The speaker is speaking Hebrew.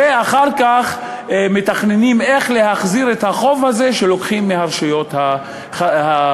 ואחר כך מתכננים איך להחזיר את החוב הזה שלוקחים מהרשויות העשירות.